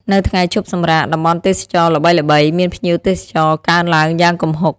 នៅថ្ងៃឈប់សម្រាក តំបន់ទេសចរណ៍ល្បីៗមានភ្ញៀវទេសចរណ៍កើនឡើងយ៉ាងគំហុក។